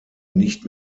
nicht